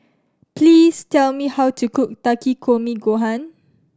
please tell me how to cook Takikomi Gohan